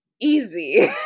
easy